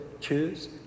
choose